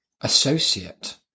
associate